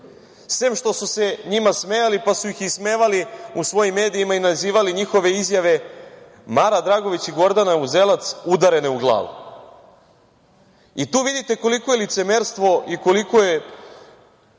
sem što su se njima smejali pa su se ismevali u svojim medijima i nazivali njihove izjave „Mara Dragović i Gordana Uzelac udarene u glavu“.Tu vidite koliko je licemerstvo i koliko je